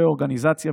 רה-אורגניזציה,